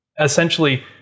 essentially